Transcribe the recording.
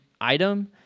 item